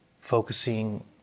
focusing